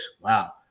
Wow